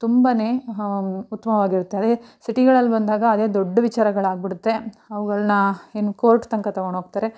ತುಂಬ ಉತ್ತಮವಾಗಿರುತ್ತೆ ಅದೇ ಸಿಟಿಗಳಲ್ಲಿ ಬಂದಾಗ ಅದೇ ದೊಡ್ಡ ವಿಚಾರಗಳಾಗಿಬಿಡುತ್ತೆ ಅವುಗಳ್ನಾ ಇನ್ನು ಕೋರ್ಟ್ ತನಕ ತಗೊಂಡ್ಹೋಗ್ತರೆ